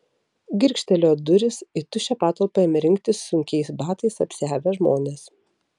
girgžtelėjo durys į tuščią patalpą ėmė rinktis sunkiais batais apsiavę žmonės